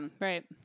right